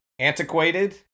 antiquated